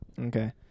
Okay